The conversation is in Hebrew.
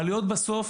העלויות בסוף,